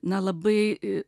na labai